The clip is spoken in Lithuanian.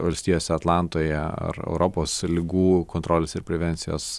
valstijose atlantoje ar europos ligų kontrolės ir prevencijos